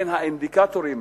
בין האינדיקטורים